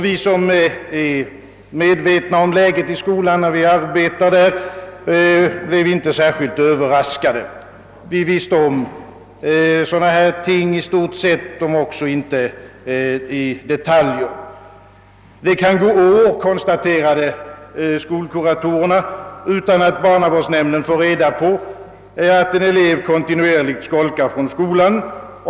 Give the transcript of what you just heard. Vi som arbetar i skolan och är medvetna om läget där blev inte särskilt överraskade. Vi känner till sådana här ting i stort sett, om också inte i detaljer. Det kan gå år, konstaterade skolkuratorerna, utan att barnavårdsnämnden får reda på att en elev kontinuerligt skolkar från skolan.